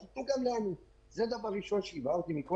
זה דבר ראשון שהבהרתי,